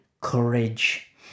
courage